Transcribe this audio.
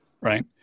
right